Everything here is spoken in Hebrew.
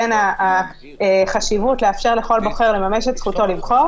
בין החשיבות לאפשר לכל בוחר לממש את זכותו לבחור,